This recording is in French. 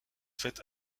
fait